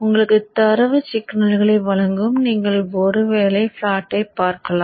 உங்களுக்கு தரவு சிக்னல்களை வழங்கும் நீங்கள் ஒருவேளை பிளாட்டை பார்க்கலாம்